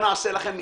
נעשה לכם מחילה,